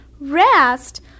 Rest